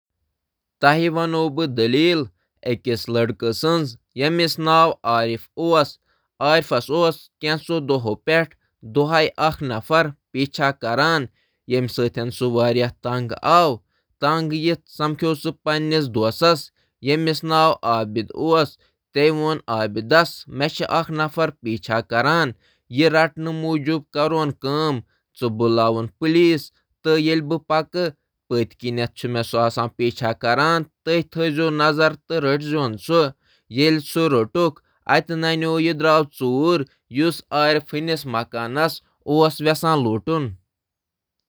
بہٕ چھُس/چھَس یژھان عارف ناوٕکِس أکِس کِردارَس مُتعلِق اکھ دٔلیٖل شٲمِل کرُن، یُس پنُن پان أکِس پراسرار شخصیت سٕنٛدِس پَتہٕ کَرن وٲلِس وتیرُک نشانہٕ عارفَن دِیُت پنٛنِس دوستس عابد سٕنٛدِس تٔمِس دۄہ دۄہ یِنہٕ وٲلِس پریشان کن تجرُبہٕ مُتعلِق عارف سٕنٛزِ حِفاظتہٕ خٲطرٕ فِکِر گٔژھِتھ کوٚر تِمو حُکامن حالاتن ہِنٛز اطلاع دِنُک فٲصلہٕ۔ تِمَو کوٚر سٹالکرُک مُشٲہِدٕ کرنُک تہٕ أمِس رٹنَس منٛز مدتہٕ خٲطرٕ معلوٗمات جمع کرنُک منصوٗبہٕ۔ بدقٕسمتی سۭتہِ آو یِتھہِ أکِس مُقابلَس دوران سٹالَر عارف لوٗٹنٕچہِ کوٗشِش کرنہٕ پتہٕ رٹنہٕ ۔ واقعاتن ہِنٛدِس أکِس حٲران کَرن وٲلِس موڑ منٛز، آو یہِ ظٲہِر کرنہٕ زِ أمِس نفرَس اوس عارف سٕنٛدِس گَھرس پٮ۪ٹھ حملہٕ کرنُک اِرادٕ یہِ دٔلیٖل چھےٚ چوکسی ہِنٛز اہمیت تہٕ خطرناک حالاتن منٛز ذٲتی حفاظت یقینی بناونہٕ خٲطرٕ ضروٗری اقداماتن پٮ۪ٹھ زور دِوان۔